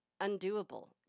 undoable